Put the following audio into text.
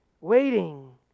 waiting